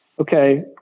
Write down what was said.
okay